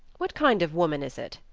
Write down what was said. what kind of woman is it?